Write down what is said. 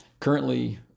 Currently